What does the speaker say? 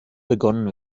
begonnen